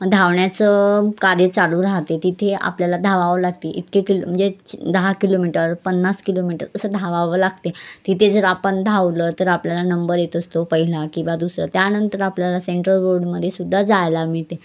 धावण्याचं कार्य चालू राहते तिथे आपल्याला धावावं लागते इतके किलो म्हणजे दहा किलोमीटर पन्नास किलोमीटर असं धावावं लागते तिथे जर आपण धावलं तर आपल्याला नंबर येत असतो पहिला किंवा दुसरा त्यानंतर आपल्याला सेंट्रल रोडमध्येसुद्धा जायला मिळते